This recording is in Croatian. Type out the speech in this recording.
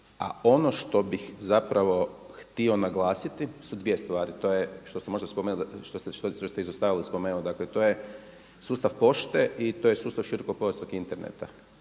a ono što bih zapravo htio naglasiti to su dvije stvari. To je što ste možda što ste izostavili spomenuti dakle to je sustav pošte i to je sustav širokopojasnog interneta.